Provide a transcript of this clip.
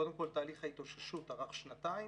קודם כל, תהליך ההתאוששות ארך שנתיים,